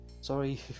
Sorry